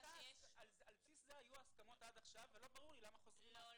על בסיס זה היו ההסכמות עד עכשיו ולא ברור לי למה חוזרים --- לא,